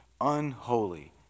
unholy